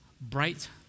bright